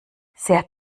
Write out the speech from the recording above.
sehr